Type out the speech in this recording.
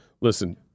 Listen